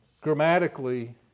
grammatically